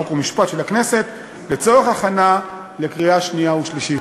חוק ומשפט של הכנסת לצורך הכנה לקריאה ראשונה ושלישית.